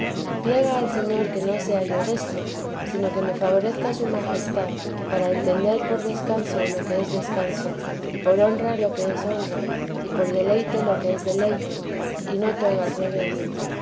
plega al señor que no sea yo destos sino que me favorezca su majestad para entender por descanso lo que es descanso y por honra lo que es honra y por deleite lo que es deleite y no todo al revés